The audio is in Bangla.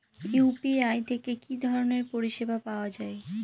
ইউ.পি.আই থেকে কি ধরণের পরিষেবা পাওয়া য়ায়?